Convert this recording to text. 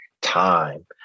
time